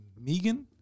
Megan